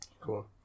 Cool